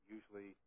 Usually